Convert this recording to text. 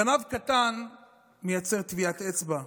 גנב קטן מייצר טביעת אצבע,